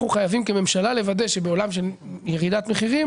אנחנו חייבים כממשלה לוודא שבעולם של ירידת מחירים